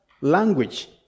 language